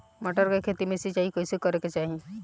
मटर के खेती मे सिचाई कइसे करे के चाही?